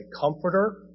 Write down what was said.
comforter